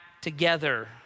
together